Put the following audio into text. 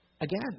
again